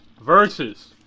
Versus